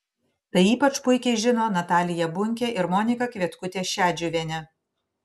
tai ypač puikiai žino natalija bunkė ir monika kvietkutė šedžiuvienė